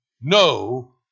no